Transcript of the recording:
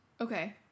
Okay